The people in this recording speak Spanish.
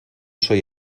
soy